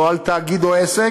לא על תאגיד או עסק,